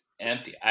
Empty